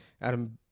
Adam